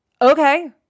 Okay